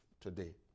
today